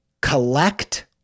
collect